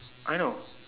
I know